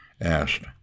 asked